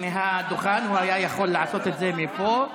מהדוכן הוא היה יכול לעשות את זה מפה,